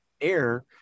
air